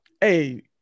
Hey